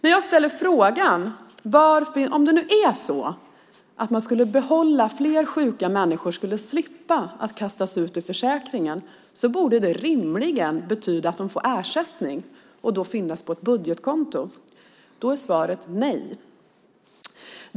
Om sjuka människor verkligen skulle slippa kastas ut ur försäkringen borde det rimligen betyda att de får ersättning, och då borde det finnas ett budgetkonto för det. När jag frågar om det blir svaret nej.